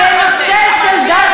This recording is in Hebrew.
מתערבות בנושא של, מיכל, אני שמח על זה.